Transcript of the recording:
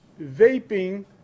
Vaping